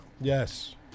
Yes